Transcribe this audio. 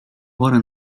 wora